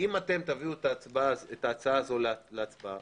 אם תביאו את ההצעה הזו להצבעה,